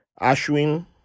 Ashwin